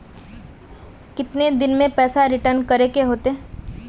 कितने दिन में पैसा रिटर्न करे के होते?